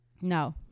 No